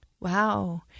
Wow